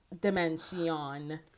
dimension